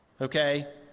Okay